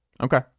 Okay